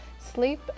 Sleep